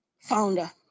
founder